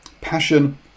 passion